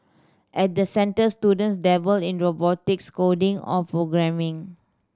at the centres students dabble in robotics coding or programming